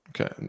Okay